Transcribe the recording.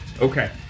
Okay